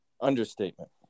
Understatement